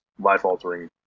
life-altering